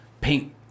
pink